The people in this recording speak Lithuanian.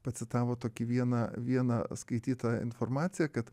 pacitavo tokį vieną vieną skaitytoją informacija kad